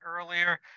earlier